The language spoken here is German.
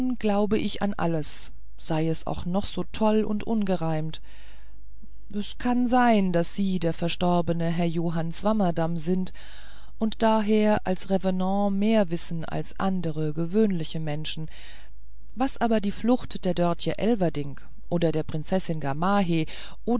glaube ich an alles sei es auch noch so toll und ungereimt es kann sein daß sie der verstorbene herr johann swammerdamm sind und daher als revenant mehr wissen als andere gewöhnliche menschen was aber die flucht der dörtje elverdink oder der prinzessin